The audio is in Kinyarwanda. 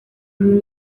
umuntu